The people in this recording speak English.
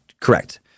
Correct